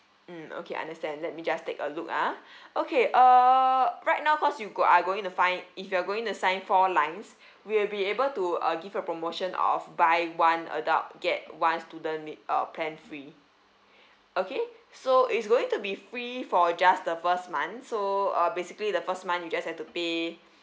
mm okay understand let me just take a look ah okay uh right now cause you go are going to sign if you're going to sign four lines we'll be able to uh give a promotion of buy one adult get one student nee~ uh plan free okay so it's going to be free for just the first month so uh basically the first month you just have to pay